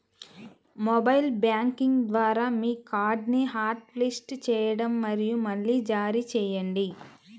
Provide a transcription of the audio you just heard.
mobile banking ద్వారా మీ కార్డ్ని హాట్లిస్ట్ చేయండి మరియు మళ్లీ జారీ చేయండి